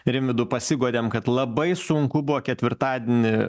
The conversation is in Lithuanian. rimvydu pasiguodėm kad labai sunku buvo ketvirtadienį